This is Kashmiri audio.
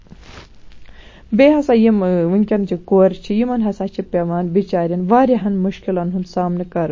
بیٚیہِ ہسا یِم ؤنکیٚن چہِ کورِ چھِ یِمن ہسا چھِ پیٚوان بِچاریٚن واریاہن مُشکِلن ہُنٛد سامنہٕ کَرُن